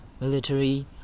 military